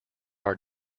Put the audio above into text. our